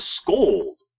scold